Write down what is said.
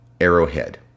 arrowhead